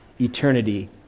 eternity